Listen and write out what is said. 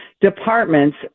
departments